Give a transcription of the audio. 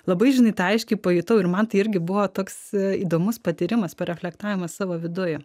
labai žinai tą aiškiai pajutau ir man tai irgi buvo toks įdomus patyrimas pareflektavimas savo viduj